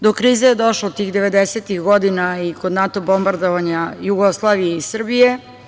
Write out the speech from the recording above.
Do krize je došlo tih devedesetih godina i kod NATO bombardovanja Jugoslavije i Srbije.